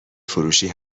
فروشی